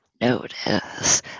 notice